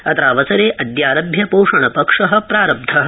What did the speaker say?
अत्रावसरे अद्यारभ्य पोषणपक्ष प्रारब्धः